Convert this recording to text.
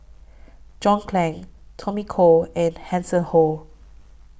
John Clang Tommy Koh and Hanson Ho